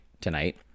tonight